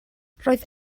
roedd